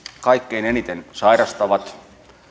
kaikkein eniten sairastavat